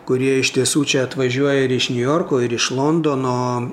kurie iš tiesų čia atvažiuoja ir iš niujorko ir iš londono